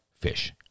fish